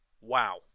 Wow